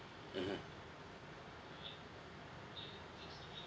mmhmm